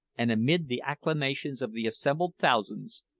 and amid the acclamations of the assembled thousands,